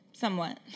Somewhat